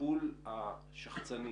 לטיפול השחצני